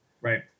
Right